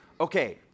okay